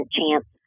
chance